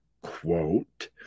quote